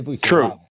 True